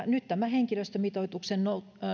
nyt tämä henkilöstömitoituksen